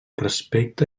respecte